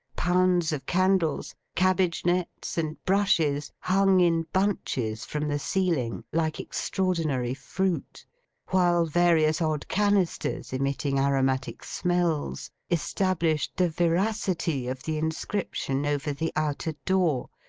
pounds of candles, cabbage-nets, and brushes, hung in bunches from the ceiling, like extraordinary fruit while various odd canisters emitting aromatic smells, established the veracity of the inscription over the outer door,